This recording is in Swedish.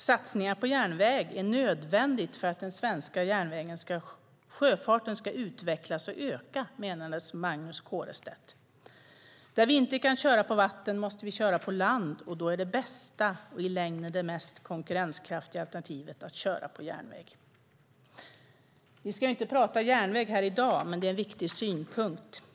Satsningar på järnväg är nödvändiga för att den svenska sjöfarten ska utvecklas och öka, menade Magnus Kårestedt. Där vi inte kan köra på vatten måste vi köra på land, och då är det bästa och i längden det mest konkurrenskraftiga alternativet att köra på järnväg. Vi ska inte prata järnväg här i dag, men det är en viktig synpunkt.